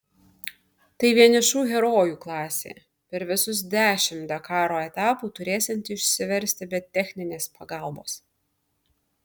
tai vienišų herojų klasė per visus dešimt dakaro etapų turėsianti išsiversti be techninės pagalbos